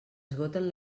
esgoten